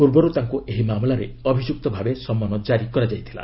ପୂର୍ବରୁ ତାଙ୍କୁ ଏହି ମାମଲାରେ ଅଭିଯୁକ୍ତ ଭାବେ ସମନ୍ ଜାରି କରାଯାଇଥିଲା